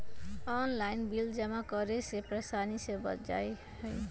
Online bill जमा करे से परेशानी से बच जाहई?